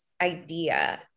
idea